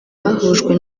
bahujwe